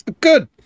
good